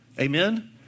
amen